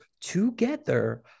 together